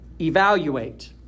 evaluate